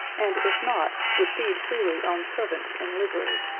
and, if not, would feed freely on servants in livery.